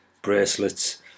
bracelets